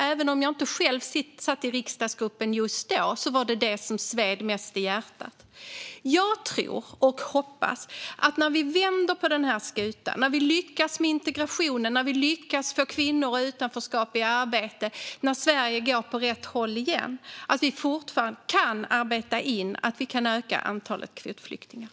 Jag satt inte själv i riksdagsgruppen då, men det var det som sved mest i hjärtat. När vi vänder på den här skutan, när vi lyckas med integrationen och med att få kvinnor i utanförskap i arbete och när Sverige går i rätt riktning igen hoppas jag och tror att vi kan arbeta in att öka antalet kvotflyktingar.